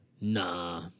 Nah